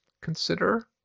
consider